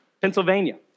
Pennsylvania